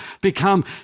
become